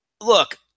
look